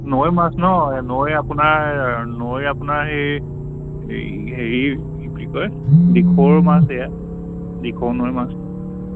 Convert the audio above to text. নৈৰ মাছ ন নৈৰ আপোনাৰ নৈৰ আপোনাৰ সেই এই হেৰিৰ কি বুলি কয় দিখৌৰ মাছ এয়া দিখৌ নৈৰ মাছ